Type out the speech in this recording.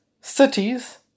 cities